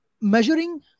measuring